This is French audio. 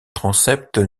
transept